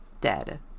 dead